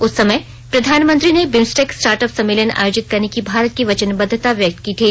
उस समय प्रधानमंत्री ने बिम्सटेक स्टार्टअप सम्मेलन आयोजित करने की भारत की वचनबद्धता व्यक्त की थी